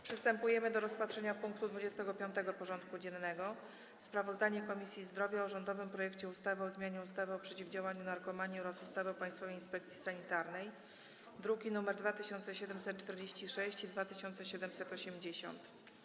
Przystępujemy do rozpatrzenia punktu 25. porządku dziennego: Sprawozdanie Komisji Zdrowia o rządowym projekcie ustawy o zmianie ustawy o przeciwdziałaniu narkomanii oraz ustawy o Państwowej Inspekcji Sanitarnej (druki nr 2746 i 2780)